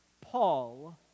Paul